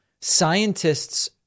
scientists